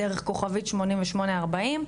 דרך *8840,